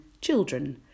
children